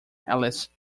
alice